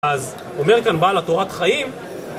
אז אומר כאן בעל התורת חיים